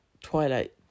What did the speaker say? Twilight